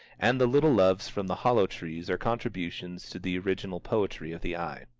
and the little loves from the hollow trees are contributions to the original poetry of the eye.